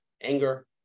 anger